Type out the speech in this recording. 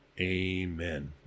Amen